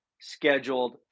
scheduled